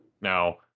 Now